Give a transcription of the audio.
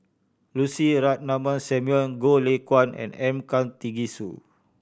Lucy Ratnammah Samuel Goh Lay Kuan and M Karthigesu